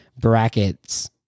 brackets